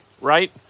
right